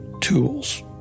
tools